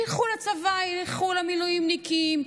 ילכו לצבא, ילכו למילואימניקים,